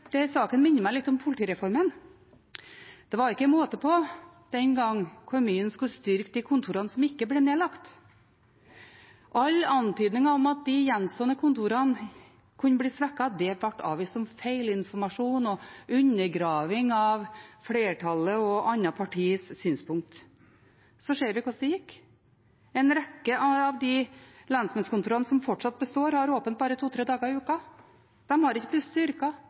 saken minner meg litt om politireformen. Det var ikke måte på den gangen hvor mye en skulle styrke de kontorene som ikke ble nedlagt. Alle antydninger om at de gjenstående kontorene kunne bli svekket, ble avvist som feilinformasjon og undergraving av flertallets og andre partiers synspunkter. Nå ser vi hvordan det gikk. En rekke av de lensmannskontorene som fortsatt består, har åpent bare to–tre dager i uka. De er ikke blitt